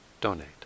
donate